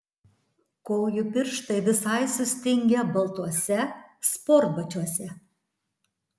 kojų pirštai visai sustingę baltuose sportbačiuose